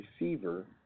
receiver